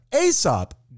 Aesop